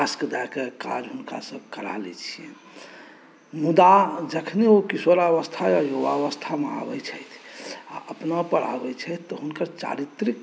task दए कऽ काज हुनकासँ करा लैत छी मुदा जखने ओ किशोरावस्था या युवावस्थामे आबैत छथि आ अपनापर आबैत छथि तऽ हुनकर चारित्रिक